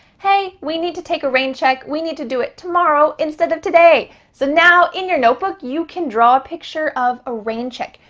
hey, we need to take a rain check. we need to do it tomorrow instead of today. so now in your notebook, you can draw a picture of a rain check.